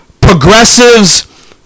progressives